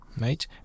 Right